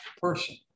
person